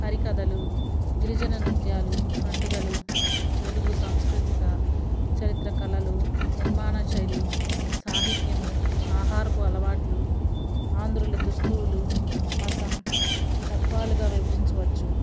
హరికథలు గిరిజన నృత్యాలు పండగలు తెలుగు సాంస్కృతిక చరిత్ర కళలు నిర్మాణ శైలి సాహిత్యము ఆహారపు అలవాట్లు ఆంధ్రుల దుస్తులు మతం తత్వాలుగా విభజించవచ్చు